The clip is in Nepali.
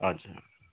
हजुर